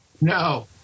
No